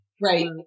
right